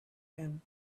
him